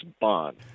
Bond